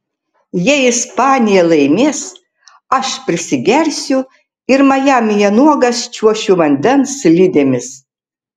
jei ispanija laimės aš prisigersiu ir majamyje nuogas čiuošiu vandens slidėmis